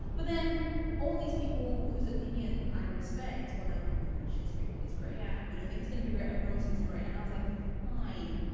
but then all these people whose opinion i respect were like oh my gosh it's great it's great yeah. you don't think it's gonna be great i promise you it's great. and i was like fine.